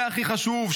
זה הכי חשוב,